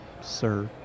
sir